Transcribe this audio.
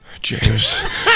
James